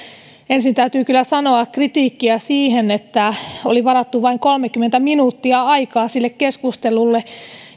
ensin täytyy kyllä sanoa kritiikkiä siitä että oli varattu vain kolmekymmentä minuuttia aikaa sille keskustelulle